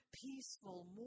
peaceful